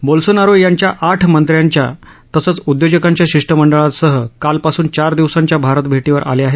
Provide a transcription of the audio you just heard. Bolsonaro त्यांच्या आठ मंत्र्यांच्या तसंच उदयोजकांच्या शिष्टमंडळासह कालपासून चार दिवसांच्या भारत भेटीवर आले आहेत